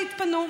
תתפנו.